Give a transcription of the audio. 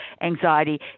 anxiety